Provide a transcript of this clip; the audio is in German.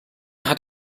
hat